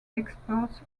experts